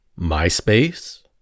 MySpace